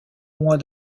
mois